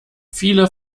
viele